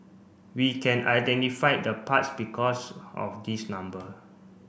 we can identify the parts because of these number